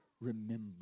remember